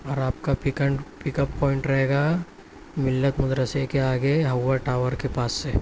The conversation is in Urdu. اور آپ کا پیکن پیک اپ پوائنٹ رہے گا ملت مدرسے کے آگے حوا ٹاور کے پاس سے